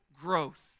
growth